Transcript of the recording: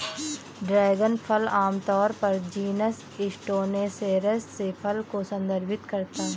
dragon फल आमतौर पर जीनस स्टेनोसेरेस के फल को संदर्भित करता है